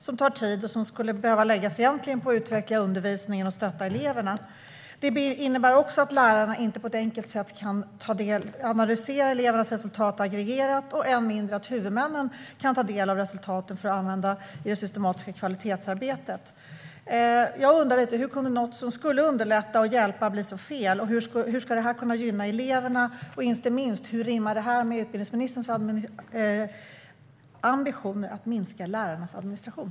Det tar tid, som egentligen skulle behöva läggas på att utveckla undervisningen och på att stötta eleverna. Det innebär också att lärarna inte kan analysera elevernas resultat aggregerat, på ett enkelt sätt, och huvudmännen kan inte heller ta del av resultatet för att använda det i det systematiska kvalitetsarbetet. Hur kunde något som skulle underlätta och hjälpa bli så fel? Hur ska det här gynna eleverna? Och inte minst, hur rimmar det här med utbildningsministerns ambitioner när det gäller att minska lärarnas administration?